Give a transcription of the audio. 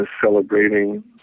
celebrating